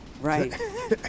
Right